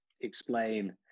explain